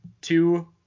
two